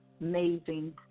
amazing